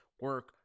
Work